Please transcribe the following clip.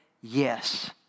Yes